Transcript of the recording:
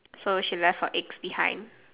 so she left her eggs behind